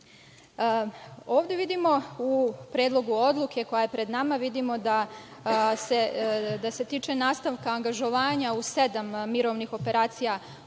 bio slučaj.U predlogu odluke, koja je pred nama, vidimo da se tiče nastavka angažovanja u sedam mirovnih operacija UN,